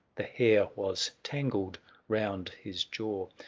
the hair was tangled round his jaw.